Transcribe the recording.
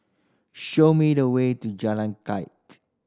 show me the way to Jalan